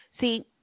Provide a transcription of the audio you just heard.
See